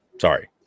Sorry